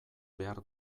behar